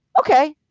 okay.